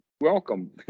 welcome